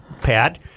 Pat